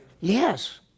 Yes